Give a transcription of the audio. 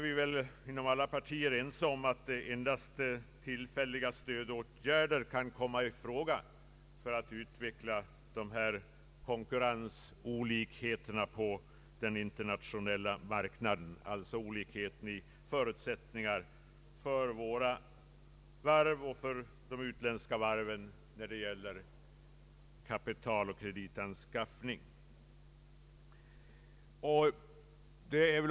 Vi är inom alla partier ense om att endast tillfälliga stödåtgärder kan komma i fråga för att utjämna konkurrensolikheterna på den «internationella marknaden, d.v.s. i detta fall olikheter i fråga om förutsättningarna för våra varv i förhållande till de utländska när det gäller refinansiering av krediterna.